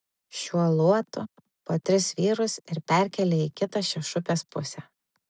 šiuo luotu po tris vyrus ir perkelia į kitą šešupės pusę